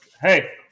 Hey